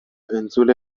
entzule